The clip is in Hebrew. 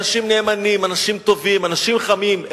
אנשים נאמנים, אנשים טובים, אנשים חמים.